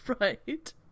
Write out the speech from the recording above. Right